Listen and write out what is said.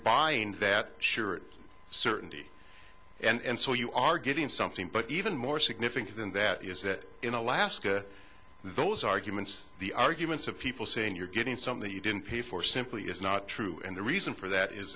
buying that sure certainty and so you are getting something but even more significant than that is that in alaska those arguments the arguments of people saying you're getting something you didn't pay for simply is not true and the reason for that is